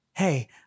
hey